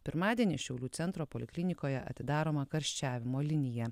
pirmadienį šiaulių centro poliklinikoje atidaroma karščiavimo linija